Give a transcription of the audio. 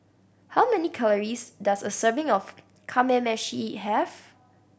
how many calories does a serving of Kamameshi have